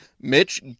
Mitch